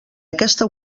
aquesta